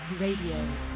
RADIO